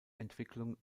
entwicklung